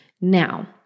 Now